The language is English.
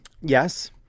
Yes